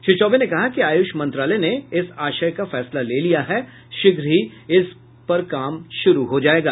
श्री चौबे ने कहा कि आयुष मंत्रालय ने इस आशय का फैसला ले लिया है शीघ्र ही इस पर काम शुरू हो जायेगा